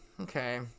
Okay